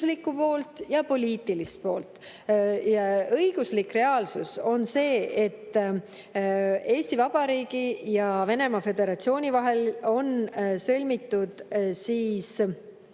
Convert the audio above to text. õiguslikku poolt ja poliitilist poolt. Õiguslik reaalsus on see, et Eesti Vabariigi ja Venemaa Föderatsiooni vahel on sõlmitud